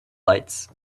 lights